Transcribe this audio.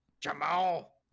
Jamal